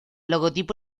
logotipo